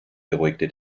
beruhigte